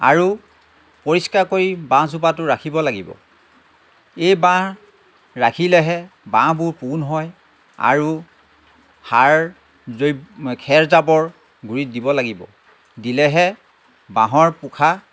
আৰু পৰিষ্কাৰ কৰি বাঁহ জোপাটো ৰাখিব লাগিব এই বাঁহ ৰাখিলেহে বাঁহবোৰ পোন হয় আৰু সাৰ দৈৱ্ খেৰ জাবৰ গুড়িত দিব লাগিব দিলেহে বাঁহৰ পোখা